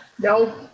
No